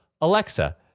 Alexa